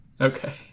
Okay